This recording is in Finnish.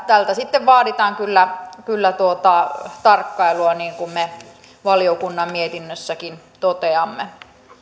tältä sitten vaaditaan kyllä kyllä tarkkailua niin kuin me valiokunnan mietinnössäkin toteamme